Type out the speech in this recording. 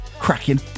cracking